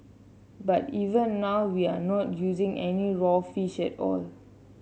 but even now we are not using any raw fish at all